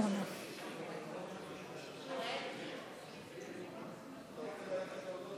לוועדה שתקבע ועדת הכנסת נתקבלה.